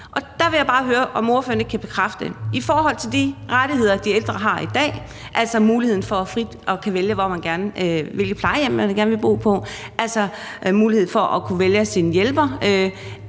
der vil jeg bare høre, om ordføreren ikke kan bekræfte, at vi jo – i forhold til de rettigheder, de ældre har i dag, altså muligheden for frit at kunne vælge, hvilket plejehjem man gerne vil bo på, og muligheden for at kunne vælge sin hjælper